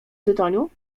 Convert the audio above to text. tytoniu